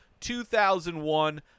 2001